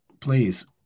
Please